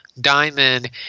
Diamond